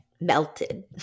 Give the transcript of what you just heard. melted